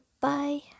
Bye